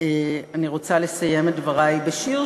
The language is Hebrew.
אני רוצה לסיים את דברי בשיר שכתבה,